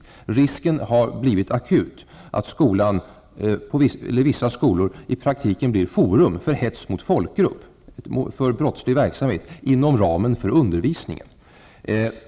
Risken har blivit akut att vissa skolor i praktiken blir forum för hets mot folk grupp, för brottslig verksamhet, inom ramen för undervisningen.